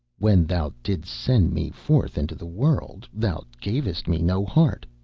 when thou didst send me forth into the world thou gavest me no heart,